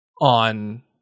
on